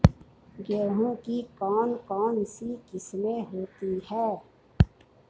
गेहूँ की कौन कौनसी किस्में होती है?